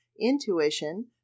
intuition